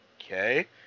okay